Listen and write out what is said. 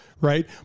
right